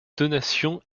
donation